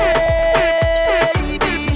Baby